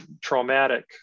traumatic